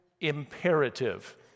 imperative